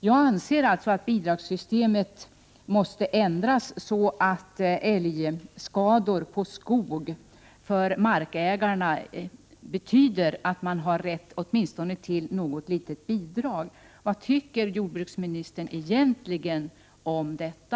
Jag anser alltså att bidragssystemet måste ändras, så att skador på skog orsakade av älg betyder att markägarna har rätt till åtminstone något litet bidrag. Vad tycker jordbruksministern egentligen om detta?